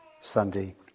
Sunday